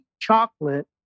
chocolate